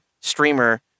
streamer